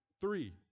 Three